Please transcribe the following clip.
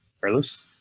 Carlos